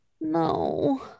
No